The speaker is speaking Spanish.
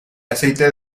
aceite